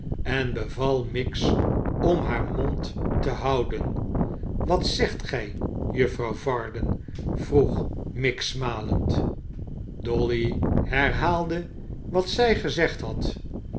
en beval miggs om haar mond te houden a wat zen gij juffer varden vroeg miggs smalend dolly herhaalde wat zij gezegd had